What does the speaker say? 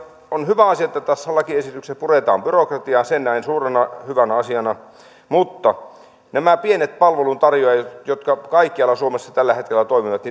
on hyvä asia että tässä lakiesityksessä puretaan byrokratiaa sen näen suurena hyvänä asiana nämä pienet palveluntarjoajat jotka kaikkialla suomessa tällä hetkellä toimivat